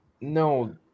No